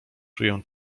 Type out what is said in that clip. czuję